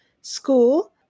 School